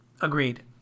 Agreed